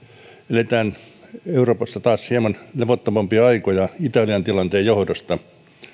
eletään euroopassa taas hieman levottomampia aikoja italian tilanteen johdosta